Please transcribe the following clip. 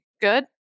Good